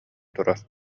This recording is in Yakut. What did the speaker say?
турар